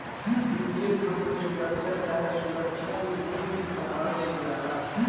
वित्तीय धन के सुरक्षा चाहे सुरक्षा निधि कहल जाला